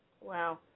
Wow